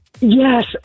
Yes